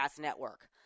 network